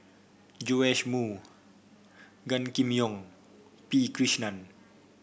Joash Moo Gan Kim Yong P Krishnan